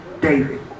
David